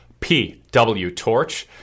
PWTorch